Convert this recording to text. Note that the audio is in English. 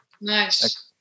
Nice